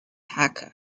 hakka